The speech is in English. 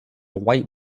white